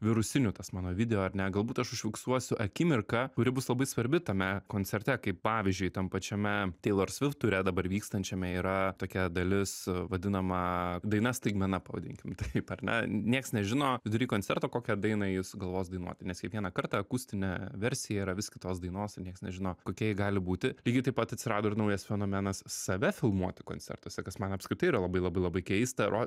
virusiniu tas mano video ar ne galbūt aš užfiksuosiu akimirką kuri bus labai svarbi tame koncerte kaip pavyzdžiui tam pačiame teilor svift ture dabar vykstančiame yra tokia dalis vadinama daina staigmena pavadinkim taip ar ne nieks nežino vidury koncerto kokią dainą ji sugalvos dainuoti nes kiekvieną kartą akustinė versija yra vis kitos dainos ir nieks nežino kokia ji gali būti lygiai taip pat atsirado ir naujas fenomenas save filmuoti koncertuose kas man apskritai yra labai labai labai keista ro